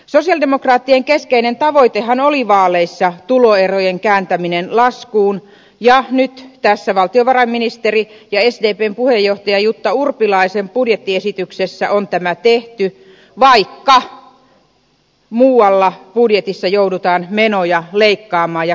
sosialidemokraattien keskeinen tavoitehan oli vaaleissa tuloerojen kääntäminen laskuun ja nyt tässä valtiovarainministerin ja sdpn puheenjohtajan jutta urpilaisen budjettiesityksessä on tämä tehty vaikka muualla budjetissa joudutaan menoja leikkaamaan ja karsimaan